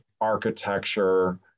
architecture